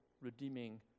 redeeming